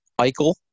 Eichel